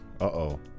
uh-oh